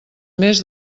més